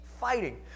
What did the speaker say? fighting